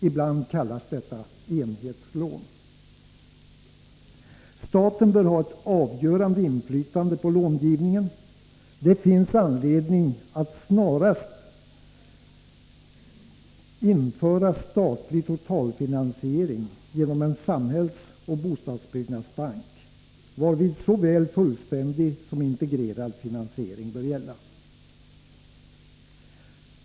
Ibland kallas detta enhetslån. Staten bör ha ett avgörande inflytande på långivningen. Det finns anledning att snarast införa statlig totalfinansiering genom en samhällsoch bostadsbyggnadsbank varvid såväl fullständig som integrerad finansiering bör gälla.